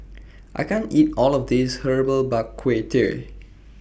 I can't eat All of This Herbal Bak Ku Teh